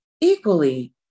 Equally